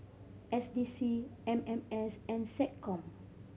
S D C M M S and SecCom